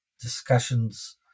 discussions